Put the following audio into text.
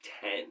ten